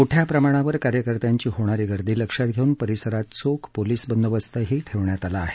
मोठ्या प्रमाणावर कार्यकर्त्यांची होणारी गर्दी लक्षात घेऊन परिसरात चोख पोलीस बंदोबस्त ठेवण्यात आला आहे